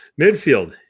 Midfield